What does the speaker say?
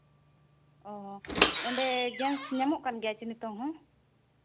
ᱚ ᱚᱸᱰᱮ ᱜᱮᱥ ᱧᱟᱢ ᱠᱟᱱ ᱜᱮᱭᱟ ᱥᱮ ᱱᱤᱛᱚᱝ ᱦᱚᱸ